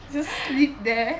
you just sleep there